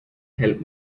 help